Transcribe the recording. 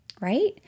right